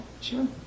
sure